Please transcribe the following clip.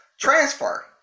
transfer